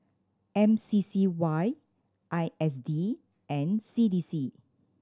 M C C Y I S D and C D C